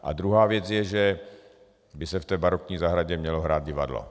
A druhá věc je, že by se v té barokní zahradě mělo hrát divadlo.